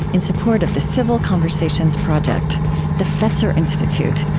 in support of the civil conversations project the fetzer institute,